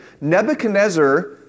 Nebuchadnezzar